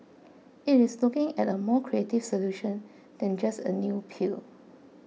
it is looking at a more creative solution than just a new pill